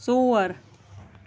ژور